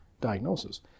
diagnosis